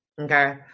okay